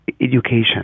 Education